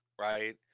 Right